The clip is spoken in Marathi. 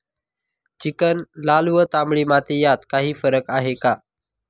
चिकण, लाल व तांबडी माती यात काही फरक आहे का?